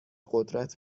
قدرت